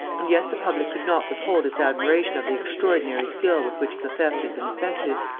and yet the public could not withhold its admiration of the extraordinary skill with which the theft had been effected.